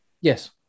Yes